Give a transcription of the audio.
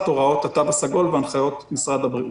הוראות התו הסגול והנחיות משרד הבריאות.